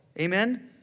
Amen